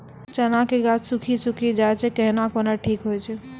चना के गाछ सुखी सुखी जाए छै कहना को ना ठीक हो छै?